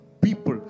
people